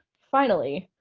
finally,